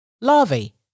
Larvae